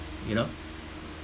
you know